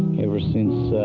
ever since,